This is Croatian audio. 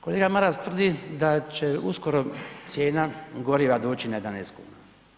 Kolega Maras tvrdi da će uskoro cijena goriva doći na 11 kuna.